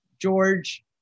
George